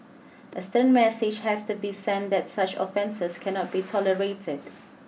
a stern message has to be sent that such offences cannot be tolerated